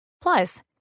plus